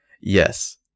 Yes